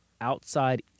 outside